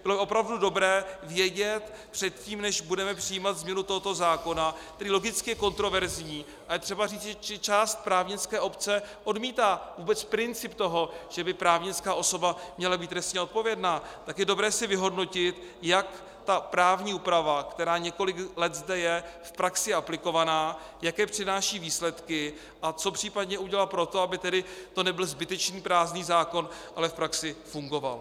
Bylo by opravdu dobré vědět předtím, než budeme přijímat změnu tohoto zákona, který logicky je kontroverzní, a je třeba říci, že část právnické obce odmítá vůbec princip toho, že by právnická osoba měla být trestně odpovědná, tak je dobré si vyhodnotit, jaké ta právní úprava, která je zde několik let v praxi aplikovaná, přináší výsledky a co případně udělat pro to, aby to nebyl zbytečný, prázdný zákon, ale v praxi fungoval.